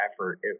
effort